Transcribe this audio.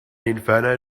inferno